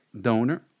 donor